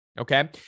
Okay